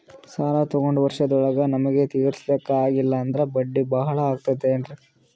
ಸಾಲ ತೊಗೊಂಡು ವರ್ಷದೋಳಗ ನಮಗೆ ತೀರಿಸ್ಲಿಕಾ ಆಗಿಲ್ಲಾ ಅಂದ್ರ ಬಡ್ಡಿ ಬಹಳಾ ಆಗತಿರೆನ್ರಿ?